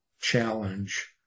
challenge